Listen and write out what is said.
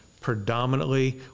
predominantly